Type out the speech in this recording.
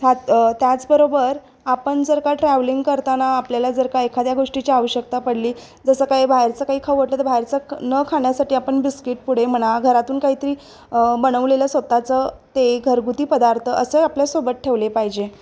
हात त्याचबरोबर आपण जर का ट्रॅव्हलिंग करताना आपल्याला जर का एखाद्या गोष्टीची आवश्यकता पडली जसं काही बाहेरचं काही खाऊ वाटलं तर बाहेरचं न खाण्यासाठी आपण बिस्किट पुडे म्हणा घरातून काहीतरी बनवलेलं स्वत चं ते घरगुती पदार्थ असं आपल्यासोबत ठेवले पाहिजे